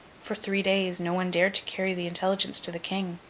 for three days, no one dared to carry the intelligence to the king.